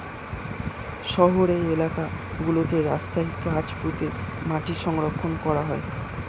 শহুরে এলাকা গুলোতে রাস্তায় গাছ পুঁতে মাটি সংরক্ষণ করা হয়